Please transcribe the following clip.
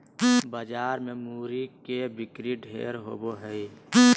बाजार मे मूरी के बिक्री ढेर होवो हय